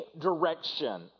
direction